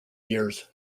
years